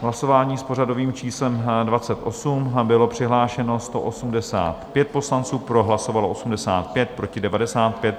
V hlasování s pořadovým číslem 28 bylo přihlášeno 185 poslanců, pro hlasovalo 85, proti 95.